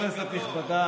ישיב סגן השר יאיר גולן,